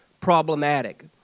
problematic